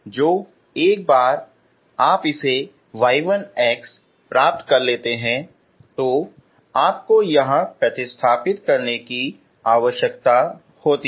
तो एक बार जब आप इसे y1 प्राप्त कर लेते हैं तो आपको यहां प्रतिस्थापित करने की आवश्यकता होती है